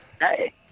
hey